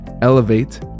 Elevate